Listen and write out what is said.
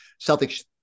Celtics